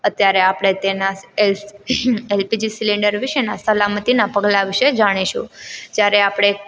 અત્યારે આપણે તેના એલપીજી સિલેન્ડર વિષેના સલામતીનાં પગલાં વિષે જાણીશું જ્યારે આપણે